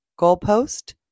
goalpost